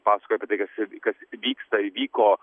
pasakoja apie tai kas kas vyksta įvyko